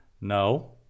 No